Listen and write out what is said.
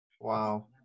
Wow